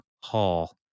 Hall